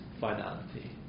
finality